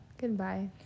Goodbye